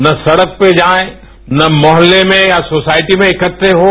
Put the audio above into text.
ना सड़क पे जाये ना मोहल्ले में या सोसायटी में इकट्टे हों